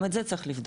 גם את זה צריך לבדוק